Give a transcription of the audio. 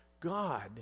God